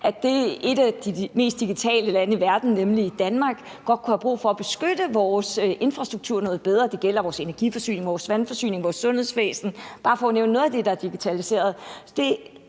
at et af de mest digitale lande i verden, nemlig Danmark, godt kunne have brug for at beskytte vores infrastruktur noget bedre; det gælder vores energiforsyning, vores vandforsyning, vores sundhedsvæsen, bare for at nævne noget af det, der er digitaliseret.